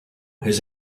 his